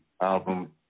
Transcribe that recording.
album